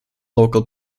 local